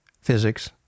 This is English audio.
physics